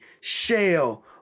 Shell